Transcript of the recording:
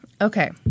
Okay